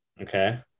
Okay